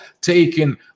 taken